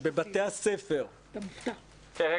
שבבתי הספר --- רגע,